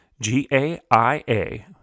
G-A-I-A